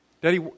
Daddy